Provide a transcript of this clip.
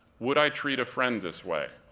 would i treat a friend this way?